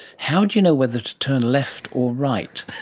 how do you know whether to turn left or right?